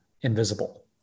invisible